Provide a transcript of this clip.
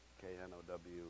K-N-O-W